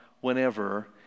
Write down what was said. whenever